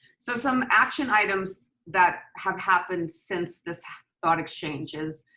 so some action items that have happened since this thought exchange is,